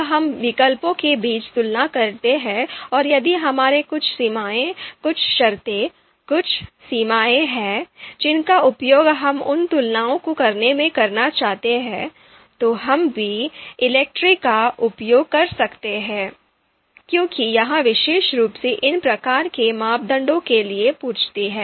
जब हम विकल्पों के बीच तुलना करते हैं और यदि हमारी कुछ सीमाएँ कुछ शर्तें कुछ सीमाएँ हैं जिनका उपयोग हम उन तुलनाओं को करने में करना चाहते हैं तो हम भी ELECTRE का उपयोग कर सकते हैं क्योंकि यह विशेष रूप से इन प्रकार के मापदंडों के लिए पूछती है